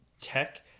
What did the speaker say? tech